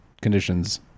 conditions